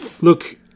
look